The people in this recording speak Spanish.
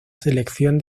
selección